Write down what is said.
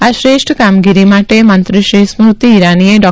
આ શ્રેષ્ઠ કામગીરી માટે મંત્રીશ્રી સ્મૃતિ ઇરાનીએ ડો